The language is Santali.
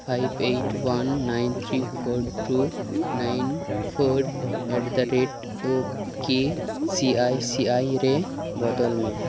five eight one nine three four two nine four at the rate O K C I C I ᱨᱮ ᱵᱚᱫᱚᱞ ᱢᱮ